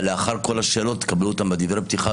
לאחר כל השאלות תקבלו אותם בדברי הפתיחה,